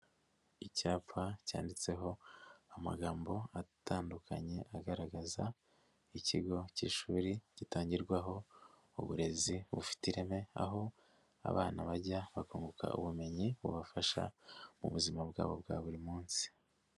Icyapa cyanditseho amagambo atandukanye agaragaza ikigo cy'ishuri gitangirwaho uburezi bufite ireme, aho abana bajya bakunguka ubumenyi, bubafasha mu buzima bwabo bwa buri munsi.